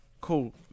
cool